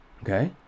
Okay